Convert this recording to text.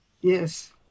yes